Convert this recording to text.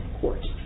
court